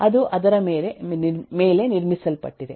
ಅದು ಅದರ ಮೇಲೆ ನಿರ್ಮಿಸಲ್ಪಟ್ಟಿದೆ